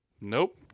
Nope